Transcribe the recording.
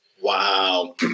Wow